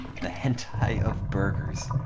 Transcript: the hentai of burgers